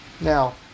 Now